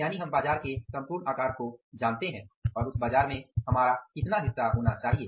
यानि हम बाजार के सम्पूर्ण आकार को जानते हैं और उस बाजार में हमारा कितना हिस्सा होना चाहिए